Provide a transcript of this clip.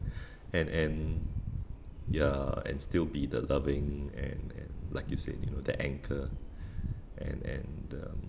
and and ya and still be the loving and and like you said you know the anchor and and the